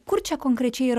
kur čia konkrečiai yra